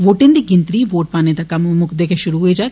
वोटे दी गिनतरी वोट पाने दा कम्म मुकदे गै शुरु होई जाग